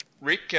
Rick